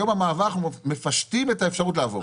היום אנחנו מפשטים את האפשרות לעבור.